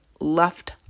left